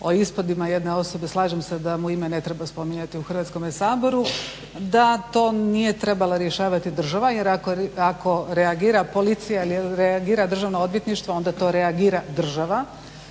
o ispadima jedne osobe, slažem se da mu ime ne treba spominjati u Hrvatskome saboru, da to nije trebala rješavati država jer ako reagira policija ili reagira Državno odvjetništvo, onda to reagira država.